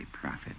profit